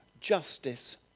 justice